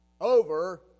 over